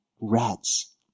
rats